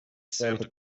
santa